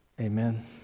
Amen